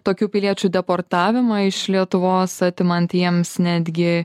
tokių piliečių deportavimą iš lietuvos atimant jiems netgi